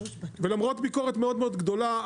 ולמרות ביקורת מאוד מאוד גדולה,